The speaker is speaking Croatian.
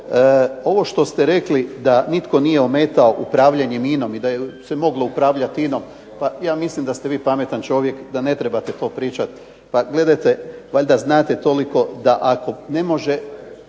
ovo što ste rekli da nitko nije ometao upravljanje INA-om i da se moglo upravljati INA-om, pa ja mislim da ste vi pametan čovjek, da ne trebate to pričati. Pa gledajte, valjda znate toliko da ako ne može